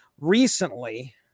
Recently